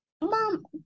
Mom